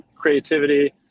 creativity